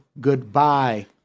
goodbye